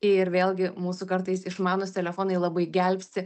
ir vėlgi mūsų kartais išmanūs telefonai labai gelbsti